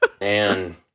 Man